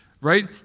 right